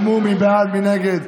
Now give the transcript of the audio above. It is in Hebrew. שמעו מי בעד, מי נגד.